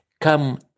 Come